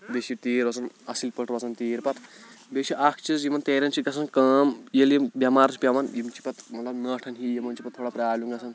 بیٚیہِ چھِ تیٖر روزَن اَصٕل پٲٹھۍ روزان تیٖر پَتہٕ بیٚیہِ چھِ اَکھ یِمَن تیرٮ۪ن چھِ گژھان کٲم ییٚلہِ یِم بٮ۪مار چھِ پٮ۪وان یِم چھِ پَتہٕ مطلب نٲٹھَن ہِوۍ یِمَن چھِ پَتہٕ تھوڑا پرٛابلِم گژھان